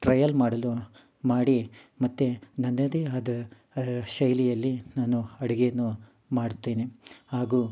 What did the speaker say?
trial ಮಾಡಲು ಮಾಡಿ ಮತ್ತು ನನ್ನದೇ ಆದ ಶೈಲಿಯಲ್ಲಿ ನಾನು ಅಡುಗೆಯನ್ನು ಮಾಡುತ್ತೇನೆ ಹಾಗೂ